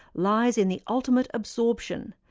lies in the ultimate absorption,